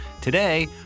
Today